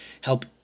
help